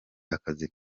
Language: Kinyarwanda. akazi